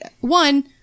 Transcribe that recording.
one